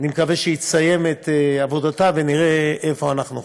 אני מקווה שהיא תסיים את עבודתה ונראה איפה אנחנו חיים.